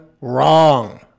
wrong